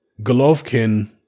Golovkin